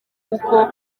kuko